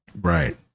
right